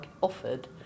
offered